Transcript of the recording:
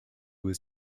was